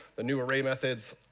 the new array methods,